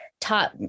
taught